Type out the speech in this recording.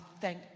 thank